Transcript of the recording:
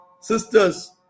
sisters